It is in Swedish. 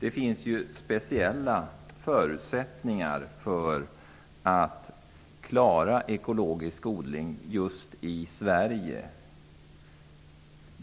Det finns speciella förutsättningar att klara ekologisk odling just i Sverige.